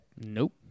Nope